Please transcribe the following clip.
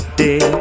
day